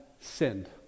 sinned